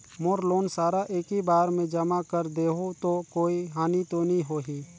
मोर loan सारा एकी बार मे जमा कर देहु तो कोई हानि तो नी होही?